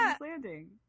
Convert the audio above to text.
Landing